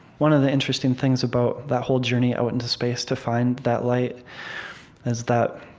one of the interesting things about that whole journey out into space to find that light is that